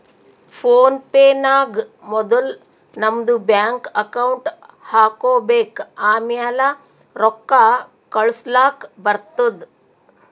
phone pay ನಾಗ್ ಮೊದುಲ್ ನಮ್ದು ಬ್ಯಾಂಕ್ ಅಕೌಂಟ್ ಹಾಕೊಬೇಕ್ ಆಮ್ಯಾಲ ರೊಕ್ಕಾ ಕಳುಸ್ಲಾಕ್ ಬರ್ತುದ್